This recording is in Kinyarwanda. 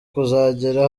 kuzagera